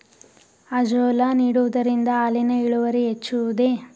Azolla ನೀಡುವುದರಿಂದ ಹಾಲಿನ ಇಳುವರಿ ಹೆಚ್ಚುವುದೇ?